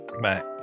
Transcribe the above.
bye